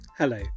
Hello